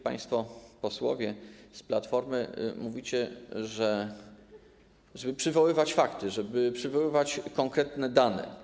Państwo posłowie z Platformy mówicie, żeby przywoływać fakty, żeby przywoływać konkretne dane.